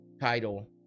title